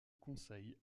conseil